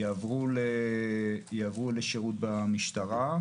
יעברו לשירות במשטרה.